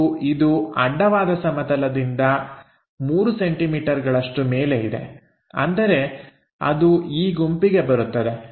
ಮತ್ತು ಇದು ಅಡ್ಡವಾದ ಸಮತಲದಿಂದ 3 ಸೆಂಟಿಮೀಟರ್ಗಳಷ್ಟು ಮೇಲೆ ಇದೆ ಅಂದರೆ ಅದು ಈ ಗುಂಪಿಗೆ ಬರುತ್ತದೆ